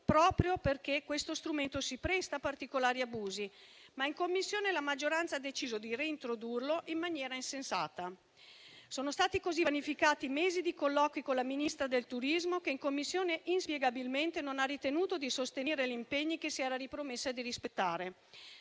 proprio perché questo strumento si presta a particolari abusi. In Commissione però la maggioranza ha deciso di reintrodurlo in maniera insensata. Sono stati così vanificati mesi di colloqui con la Ministra del turismo che in Commissione inspiegabilmente non ha ritenuto di sostenere gli impegni che si era ripromessa di rispettare.